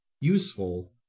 useful